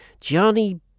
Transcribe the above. Johnny